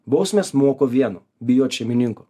bausmės moko vieno bijot šeimininko